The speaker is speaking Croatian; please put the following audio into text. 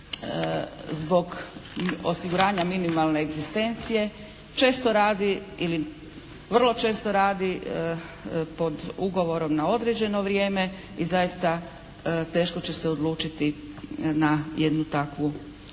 zbog osiguranja minimalne egzistencije. Često radi ili vrlo često radi pod ugovorom na određeno vrijeme i zaista teško će se odlučiti na jednu takvu mjeru,